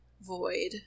Void